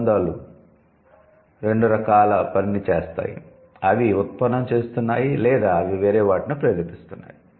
అనుబంధాలు రెండు రకాల పనిని చేస్తాయి అవి ఉత్పన్నం చేస్తున్నాయి లేదా అవి వేరే వాటిని ప్రేరేపిస్తున్నాయి